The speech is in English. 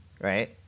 right